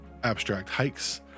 AbstractHikes